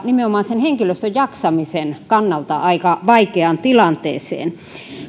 nimenomaan sen henkilöstön jaksamisen kannalta aika vaikeaan tilanteeseen